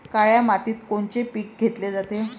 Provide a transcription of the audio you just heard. काळ्या मातीत कोनचे पिकं घेतले जाते?